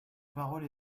parole